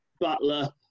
Butler